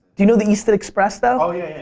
you know the easton express though? yeah,